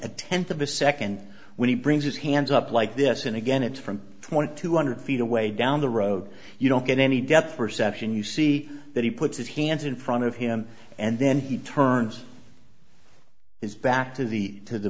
tenth of a second when he brings his hands up like this and again it's from twenty two hundred feet away down the road you don't get any depth perception you see that he puts his hands in front of him and then he turns his back to the to the